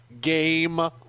game